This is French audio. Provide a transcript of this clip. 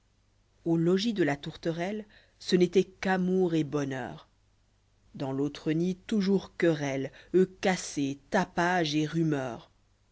au logis de la tourterelle ce n'était qu'amour et bonheur fi dans l'autre nid toujours querelle oeufe cassés tapage et tumeur